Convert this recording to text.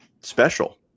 special